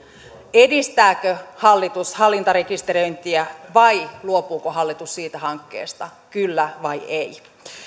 edistääkö hallitus hallintarekisteröintiä vai luopuuko hallitus siitä hankkeesta kyllä vai ei